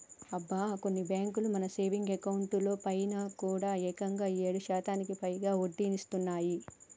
అబ్బా కొన్ని బ్యాంకులు మన సేవింగ్స్ అకౌంట్ లో పైన కూడా ఏకంగా ఏడు శాతానికి పైగా వడ్డీనిస్తున్నాయి